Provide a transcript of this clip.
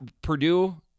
Purdue